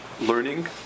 learning